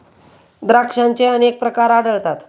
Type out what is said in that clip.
द्राक्षांचे अनेक प्रकार आढळतात